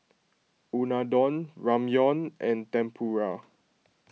Unadon Ramyeon and Tempura